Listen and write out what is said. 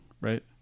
right